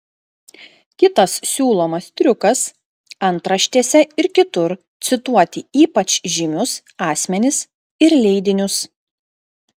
kitas siūlomas triukas antraštėse ir kitur cituoti ypač žymius asmenis ir leidinius